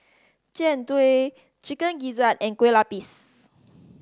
Jian Dui Chicken Gizzard and Kueh Lapis